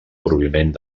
proveïment